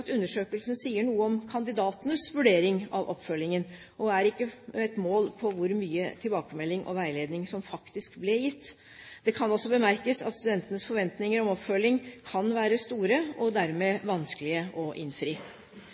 undersøkelsen sier noe om kandidatenes vurdering av oppfølgingen, og er ikke et mål på hvor mye tilbakemelding og veiledning som faktisk ble gitt. Det kan også bemerkes at studentenes forventninger om oppfølging kan være store, og dermed vanskelige å innfri.